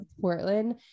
Portland